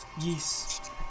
Yes